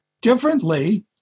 differently